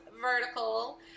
vertical